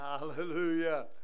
Hallelujah